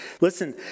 Listen